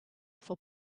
for